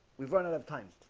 we've run out of time